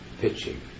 pitching